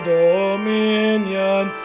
dominion